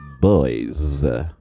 boys